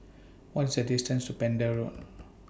What IS The distance to Pender Road